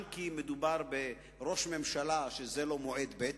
גם כי מדובר בראש ממשלה שזה לו מועד ב',